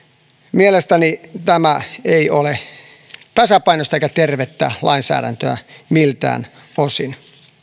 mielestäni tämä ei ole tasapainoista eikä tervettä lainsäädäntöä miltään osin